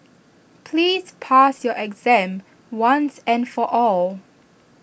please pass your exam once and for all